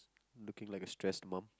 looking like a stress mom